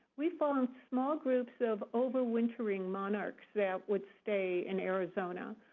we found small groups of overwintering monarchs that would stay in arizona.